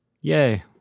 yay